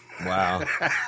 Wow